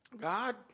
God